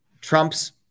Trump's